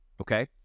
okay